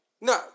No